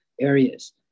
areas